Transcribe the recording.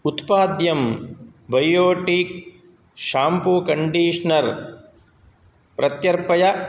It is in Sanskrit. उत्पाद्यं बयोटिक् शाम्पू कण्डीश्नर् प्रत्यर्पय